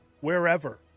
wherever